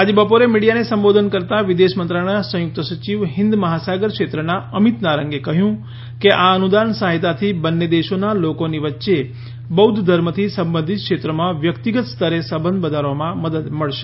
આજે બપોરે મીડીયાને સંબોધિત કરતા વિદેશ મંત્રાલયના સંયુક્ત સચિવ હિન્દ મહાસાગર ક્ષેત્રના અમિત નારંગે કહ્યું કે આ અનુદાન સહાયતાથી બંને દેશોના લોકોની વચ્ચે બૌદ્ધ ધર્મથી સંબંધિત ક્ષેત્રોમાં વ્યક્તિગત સ્તરે સંબંધ વધારવામાં મદદ મળશે